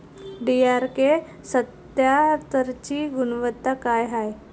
DRK सत्यात्तरची गुनवत्ता काय हाय?